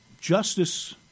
justice